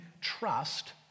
trust